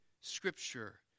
scripture